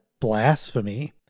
blasphemy